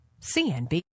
CNB